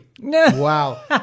Wow